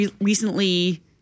recently